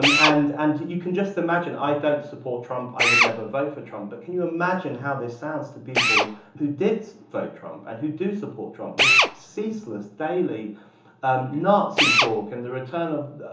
um and and you can just imagine. i don't support trump. i would never vote for trump, but can you imagine how this sounds to people who did vote trump and who do support trump? this ceaseless, daily nazi talk and the return of